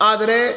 Adre